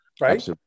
right